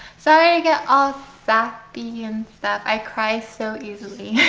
sorry, i get all sappy and stuff i cry so easily